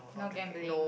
no gambling